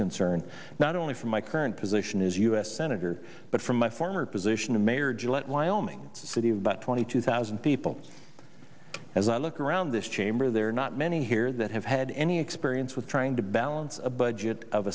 concern not only from my current position as u s senator but from my former position of mayor gillette wyoming city of about twenty two thousand people as i look around this chamber there are not many here that have had any experience with trying to balance a budget of